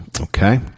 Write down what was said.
Okay